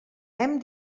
hem